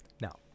Now